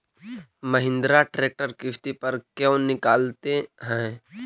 Mahindra tractor किसति पर क्यों निकालते हैं?